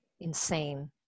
insane